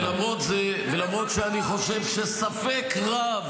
למרות זה ולמרות שאני חושב שספק רב